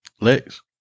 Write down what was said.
Lex